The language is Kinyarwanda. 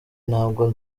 ntabwo